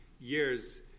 years